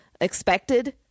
expected –